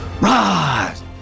rise